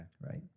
Right